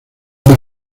una